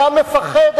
אתה מפחד,